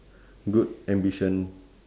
good ambition